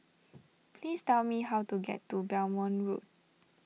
please tell me how to get to Belmont Road